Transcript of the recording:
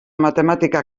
matematika